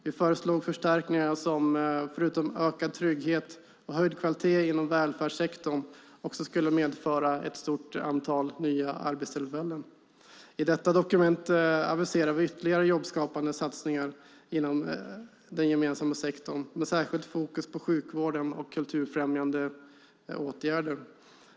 Vi föreslog förstärkningar som förutom ökad trygghet och höjd kvalitet inom välfärdssektorn också skulle medföra ett stort antal nya arbetstillfällen. I detta dokument aviserar vi ytterligare jobbskapande satsningar inom den gemensamma sektorn, med särskilt fokus på sjukvården och på kulturfrämjande åtgärder.